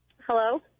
Hello